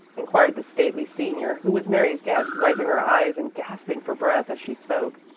inquired the stately senior, who was mary's guest, wiping her eyes and gasping for breath as she spoke.